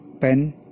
pen